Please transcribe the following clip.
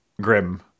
grim